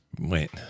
Wait